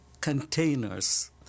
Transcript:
containers